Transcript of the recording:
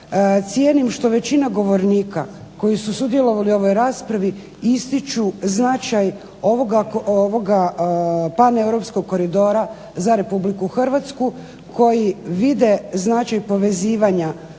cijenim što većina govornika koji su sudjelovali u ovoj raspravi ističu značaj ovog paneuropskog koridora za Republiku Hrvatsku koji vide povezivanja